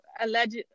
alleged